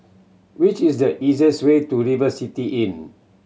which is the easiest way to River City Inn